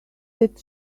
that